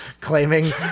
claiming